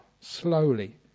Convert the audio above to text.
slowly